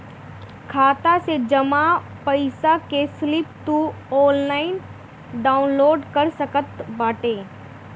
खाता से जमा पईसा कअ स्लिप तू ऑनलाइन डाउन लोड कर सकत बाटअ